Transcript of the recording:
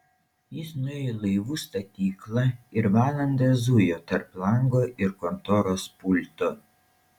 jis nuėjo į laivų statyklą ir valandą zujo tarp lango ir kontoros pulto